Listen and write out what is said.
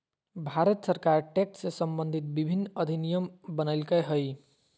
भारत सरकार टैक्स से सम्बंधित विभिन्न अधिनियम बनयलकय हइ